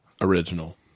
Original